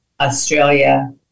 Australia